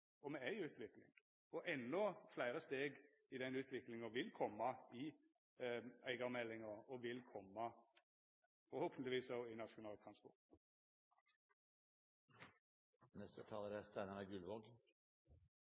at me er moderne, at me er i utvikling, og endå fleire steg i den utviklinga vil koma i eigarmeldinga og forhåpentlegvis òg i Nasjonal